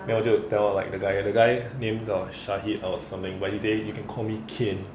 then 我就 tell like the guy the guy name nul syaiq or something but he say you can call me cain